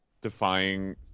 defying